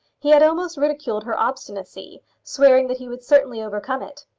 he had almost ridiculed her obstinacy, swearing that he would certainly overcome it.